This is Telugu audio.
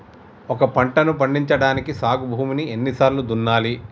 ఒక పంటని పండించడానికి సాగు భూమిని ఎన్ని సార్లు దున్నాలి?